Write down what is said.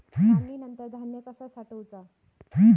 काढणीनंतर धान्य कसा साठवुचा?